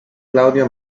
claudio